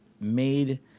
made